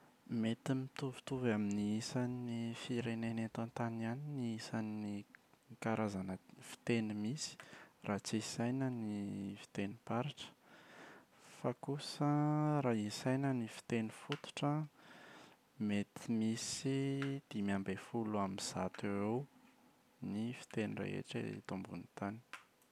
Mety mitovitovy amin’ny isan’ny firenena eto an-tany ihany ny isan’ny karazana fiteny misy raha tsy isaina ny fitenim-paritra. Fa kosa raha isaina ny fiteny fototra an mety misy dimy ambin’ny folo amin’ny zato eoeo ny fiteny rehetra eto ambonin’ny tany.